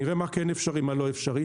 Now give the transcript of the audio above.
נראה מה כן אפשרי, מה לא אפשרי.